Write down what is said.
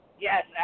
Yes